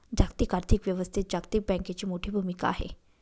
जागतिक आर्थिक व्यवस्थेत जागतिक बँकेची मोठी भूमिका आहे